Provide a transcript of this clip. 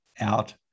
out